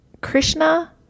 Krishna